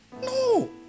no